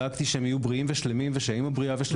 רק דאגתי שיהיו בריאים ושלימים ושהאמא בריאה ושלימה.